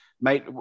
Mate